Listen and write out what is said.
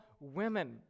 women